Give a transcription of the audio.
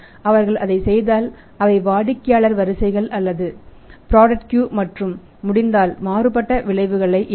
அவர்கள் அதைச் செய்தால் அவை வாடிக்கையாளர் வரிசைகள் அல்லது தயாரிப்பு வரிசைகள் மற்றும் முடிந்தால் மாறுபட்ட விளைவுகள் ஏற்படும்